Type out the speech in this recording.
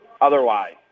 otherwise